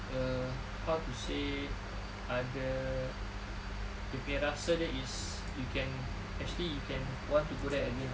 err how to say ada dia punya rasa dia is you can actually you can want to go there again lah